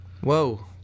Whoa